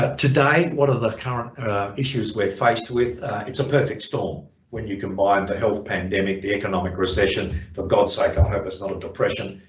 ah today one of the current issues we're faced with it's a perfect storm when you combine the health pandemic, the economic recession for god's sake i hope it's not a depression.